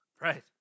right